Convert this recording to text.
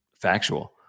factual